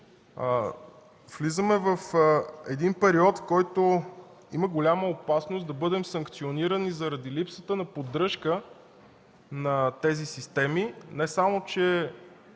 Влизаме в един период, в който има голяма опасност да бъдем санкционирани заради липсата на поддръжка на тези системи. Не само че